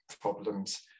problems